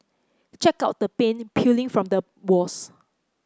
check out the paint peeling from the walls